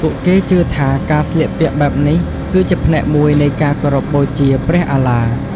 ពួកគេជឿថាការស្លៀកពាក់បែបនេះគឺជាផ្នែកមួយនៃការគោរពបូជាព្រះអាឡាហ៍។